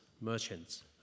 merchants